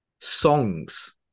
songs